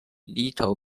little